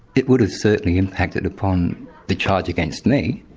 it would have certainly impacted upon the charge against me.